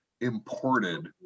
imported